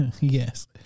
yes